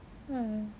ya